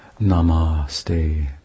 Namaste